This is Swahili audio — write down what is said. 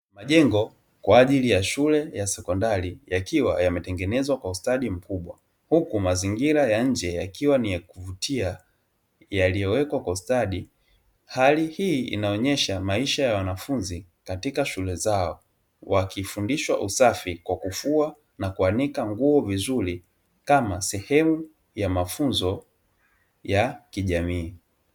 Majengo kwa ajili ya shule ya sekondari, yakiwa yametengenezwa kwa ustadi mkubwa, huku mazingira ya nje yakiwa ni ya kuvutia yaliyowekwa kwa ustadi, hali hii inaonyesha maisha ya wanafunzi katika shule zao wakifundishwa usafi kwa kufua na kuanika nguo vizuri kama sehemu ya mafunzo ya kijamii.